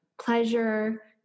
pleasure